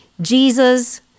Jesus